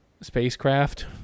spacecraft